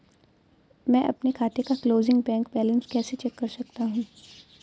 मैं अपने खाते का क्लोजिंग बैंक बैलेंस कैसे चेक कर सकता हूँ?